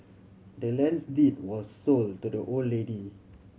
the land's deed was sold to the old lady